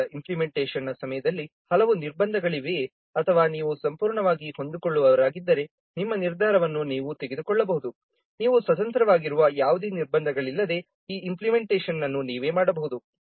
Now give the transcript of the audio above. ಆದ್ದರಿಂದ ಇಂಪ್ಲಿಮೇಂಟೇಷೆನ್ನ ಸಮಯದಲ್ಲಿ ಹಲವು ನಿರ್ಬಂಧಗಳಿವೆಯೇ ಅಥವಾ ನೀವು ಸಂಪೂರ್ಣವಾಗಿ ಹೊಂದಿಕೊಳ್ಳುವವರಾಗಿದ್ದರೆ ನಿಮ್ಮ ನಿರ್ಧಾರವನ್ನು ನೀವು ತೆಗೆದುಕೊಳ್ಳಬಹುದು ನೀವು ಸ್ವತಂತ್ರರಾಗಿರುವ ಯಾವುದೇ ನಿರ್ಬಂಧಗಳಿಲ್ಲದೆ ಈ ಇಂಪ್ಲಿಮೇಂಟೇಷೆನ್ನನ್ನು ನೀವೇ ಮಾಡಬಹುದು